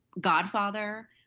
godfather